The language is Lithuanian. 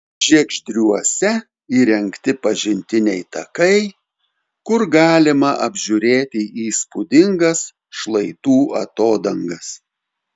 žiegždriuose įrengti pažintiniai takai kur galima apžiūrėti įspūdingas šlaitų atodangas